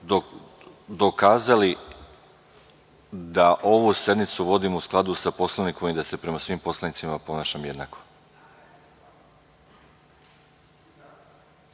dokazali da ovu sednicu vodim u skladu sa Poslovnikom i da se prema svim poslanicima ponašam jednako. Ni